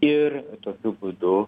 ir tokiu būdu